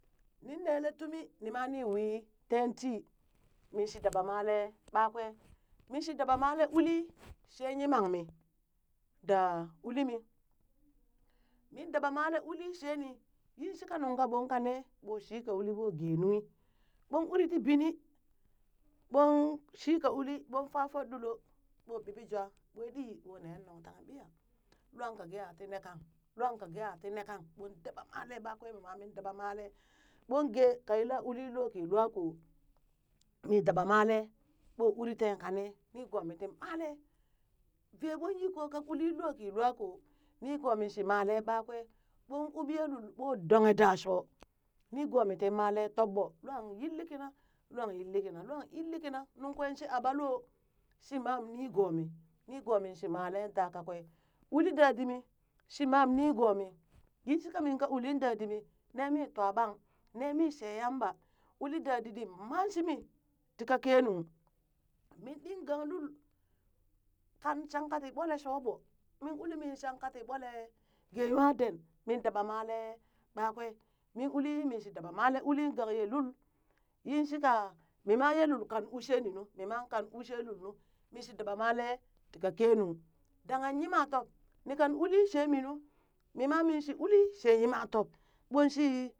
Nin neelee tumi ni ma nii wii tee tii, minshi daba malee ɓakwe, min shi daba malee uli shee yimang mii daa uli mii, min dabamalee ulii shee nii yin shika nunk ka ɓon ka nee ɓoo shi ka uli ɓo gee nunghi, ɓon uri tii binii ɓon shika uli ɓon faa foɗɗulo, ɓoo ɓiɓi jwaa ɓwe ɗii ɓoo nee nuŋ tanghe ɓiya, lwan ka gee aa tii nee kang, lwan ka gee a tii nee kang, ɓon daba male ɓakwe mima mindaba malee, ɓon gee ka yilla ulin loo kii lwaa koo, min dabamalee ɓon uri tee kanee nigoomi tii malee, vee ɓong yi koo ka uli lo kii lwaa koo, niigoo mii shi malee ɓakwee, ɓong uu ɓiye lul ɓoo donghe da shoo, nii goomii ti malee, tob ɓoo lwan yilli kina lwan yilli kina lwan yilli kina nungkwe shi aɓa loo shi mam nigoomi, nigomi shi male da kakwee, uli dadimi shi mam nigoomii yin shi kamin ka ulin dadimi ne mii twaɓang, nee mii shee yamba uli da diidi maa shimi tikakenung, min ɗing gang lul kang shank ka tii ɓolee shoo ɓo, mi uli mii shanka tii ɓole gee nywaa den, mi dabamalee ɓakwee, min uli min shi daba malee uli ganye lul, yin shika mima ye lul kang uli shee mi nu, kan uu shee lul nu, min shi daba malee tii ka kenung danghan yimantob, ni kan uli shee mi nu, mi ma minshi uli she yima tob ɓon shi.